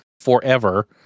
forever